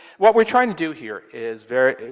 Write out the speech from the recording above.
what we're trying to do here is very,